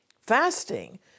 Fasting